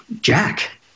Jack